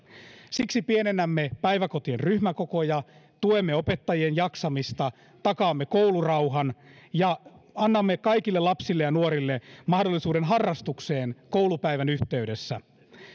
siksi pienennämme päiväkotien ryhmäkokoja tuemme opettajien jaksamista takaamme koulurauhan ja annamme kaikille lapsille ja nuorille mahdollisuuden harrastukseen koulupäivän yhteydessä